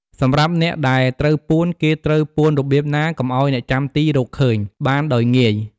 សម្រាប់អ្នកដែលត្រូវពួន គេត្រូវពួនរបៀបណា កុំឱ្យអ្នកចាំទីរកឃើញ បានដោយងាយ។